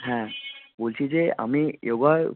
হ্যাঁ বলছি যে আমি ইয়োগা